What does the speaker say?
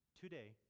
today